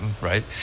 right